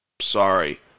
Sorry